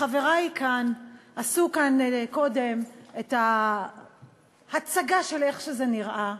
וחברי עשו כאן קודם את ההצגה של איך שזה נראה,